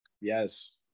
yes